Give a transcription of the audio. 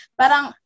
parang